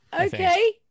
Okay